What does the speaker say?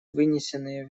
вынесенные